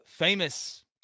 famous